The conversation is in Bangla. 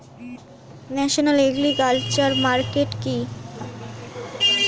ন্যাশনাল এগ্রিকালচার মার্কেট কি?